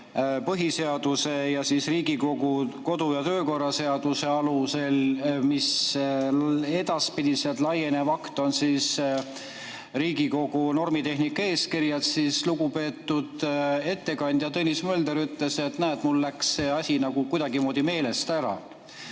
põhiseaduse ja Riigikogu kodu- ja töökorra seaduse alusel, mille edaspidiselt laienev akt on Riigikogu normitehnika eeskiri, siis lugupeetud ettekandja Tõnis Mölder ütles, et näed, mul läks see asi kuidagimoodi meelest ära.